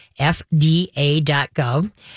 FDA.gov